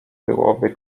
byłoby